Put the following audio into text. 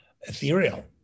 ethereal